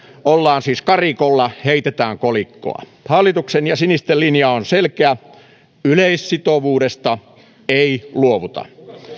ollaan siis karikolla heitetään kolikkoa hallituksen ja sinisten linja on selkeä yleissitovuudesta ei luovuta